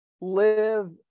live